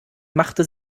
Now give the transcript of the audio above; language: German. machte